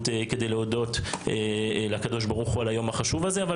כדי להודות לקדוש ברוך הוא על היום החשוב הזה ביום העצמאות,